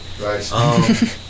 Right